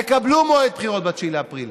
תקבלו מועד בחירות ב-9 באפריל.